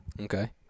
okay